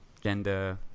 gender